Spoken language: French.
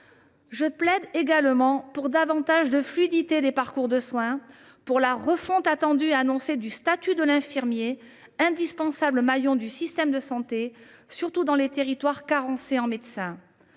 Je plaide également pour davantage de fluidité des parcours de soins et pour la refonte, attendue et annoncée, du statut de l’infirmier, indispensable maillon du système de santé, surtout dans les territoires carencés en médecins.